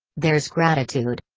there's gratitude.